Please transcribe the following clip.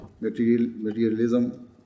materialism